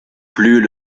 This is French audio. plus